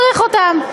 שאף אחד לא צריך אותם.